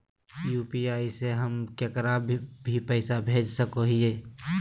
UPI से हम केकरो भी पैसा भेज सको हियै?